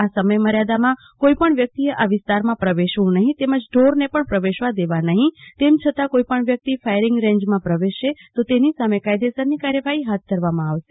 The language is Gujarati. આ સમય મર્યાદામાં કોઈ પણ વ્યક્તિએ આ વિસ્તારમાં પ્રવેશવુ નહી તેમજ ઢોરને પણ પ્રવેશવા દેવા નહી તેમ છતા કોઈપણ વ્યક્તિ ફાયરીંગ રેન્જમાં પ્રવેશશે તો તેની સામે કાયદેસરની કાર્યવાહી હાથ ધરવામાં આવશે